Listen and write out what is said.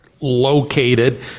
located